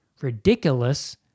ridiculous